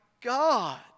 God